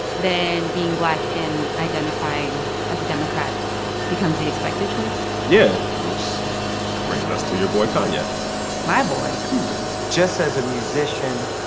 then being black and identifying as a democrat becomes the expected choice yeah, which brings us to your boy kanye my boy? come on just as a musician,